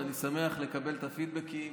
ואני שמח לקבל את הפידבקים.